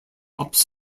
ups